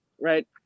right